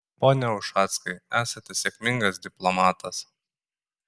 pone ušackai esate sėkmingas diplomatas